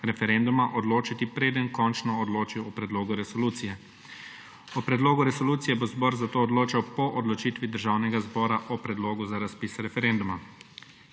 referenduma odločiti, preden končno odloči o predlogu resolucije. O predlogu resolucije bo zbor zato odločal po odločitvi Državnega zbora o predlogu za razpis referenduma.